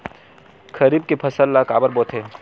खरीफ के फसल ला काबर बोथे?